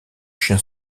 chien